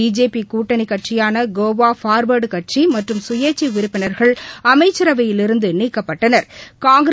பிஜேபிகூட்டணிகட்சியானகோவாபார்வர்டுகட்சிமற்றும் சுயேச்சைறுப்பினர்கள் அமைச்சரவையிலிருந்துநீக்கப்பட்டனா்